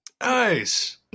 Nice